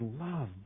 love